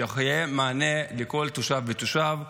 שיהיה מענה לכל תושב ותושב.